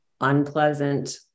unpleasant